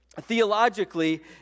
theologically